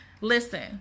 Listen